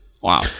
Wow